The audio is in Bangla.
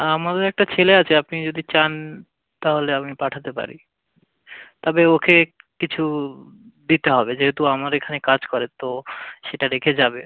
আমারও একটা ছেলে আছে আপনি যদি চান তাহলে আমি পাঠাতে পারি তবে ওকে কিছু দিতে হবে যেহেতু আমার এখানে কাজ করে তো সেটা রেখে যাবে